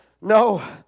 No